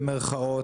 במרכאות,